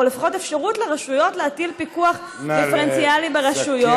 או לפחות אפשרות לרשויות להטיל פיקוח דיפרנציאלי ברשויות,